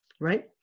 right